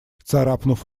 царапнув